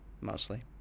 Mostly